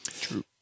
true